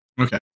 Okay